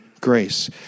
grace